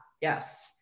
yes